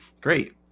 great